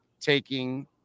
taking